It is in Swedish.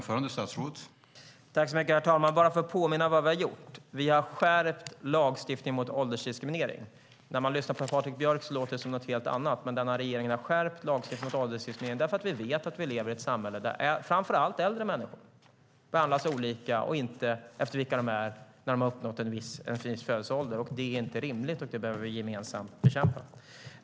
Herr talman! Jag vill påminna om vad vi har gjort. Vi har skärpt lagstiftningen mot åldersdiskriminering. När man lyssnar på Patrik Björck låter det som någonting helt annat, men den här regeringen har skärpt lagstiftningen mot åldersdiskriminering därför att vi vet att vi lever i ett samhälle där framför allt äldre människor behandlas olika och inte efter vilka de är när de har uppnått en viss ålder. Det är inte rimligt, och det behöver vi gemensamt bekämpa.